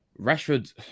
Rashford